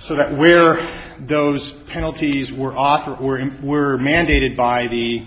so that where those penalties were offered were mandated by the